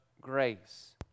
grace